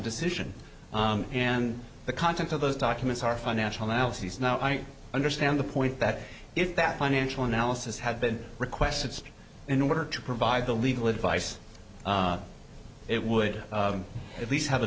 decision and the content of those documents are financial analysis now i understand the point that if that financial analysis had been requested in order to provide the legal advice it would at least have a